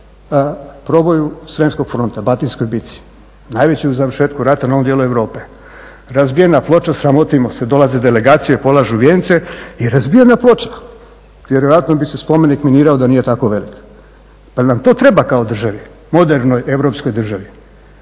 proboju srijemskog fronta, batinskoj bitci, najveći u završetku rata na ovom dijelu Europe. Razbijena ploča, sramotimo se, dolaze delegacije, polažu vijence i razbijena ploča. Vjerojatno bi se spomenik minirao da nije tako velik. Da li nam to treba kao državi, modernoj europskoj državi?